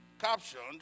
captioned